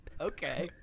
Okay